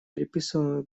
приписываемые